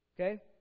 Okay